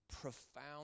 profound